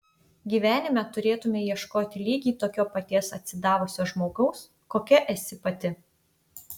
gyvenime turėtumei ieškoti lygiai tokio paties atsidavusio žmogaus kokia esi pati